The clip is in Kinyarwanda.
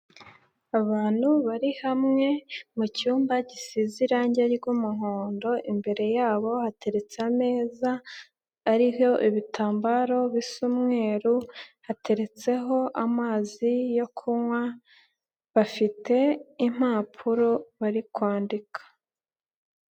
Abantu bari hamwe mu cyumba gisize irangi ry'umuhondo, imbere yabo hateretse ameza ariho ibitambaro bisa umweru, hateretseho amazi yo kunywa bafite impapuro bari kwandika.